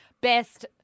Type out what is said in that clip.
best